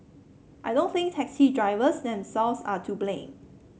I don't think taxi drivers themselves are to blame